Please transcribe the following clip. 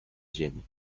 ziemi